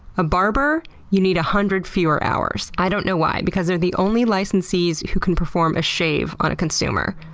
a barber you need one hundred fewer hours. i don't know why, because they're the only licensees who can perform a shave on a consumer.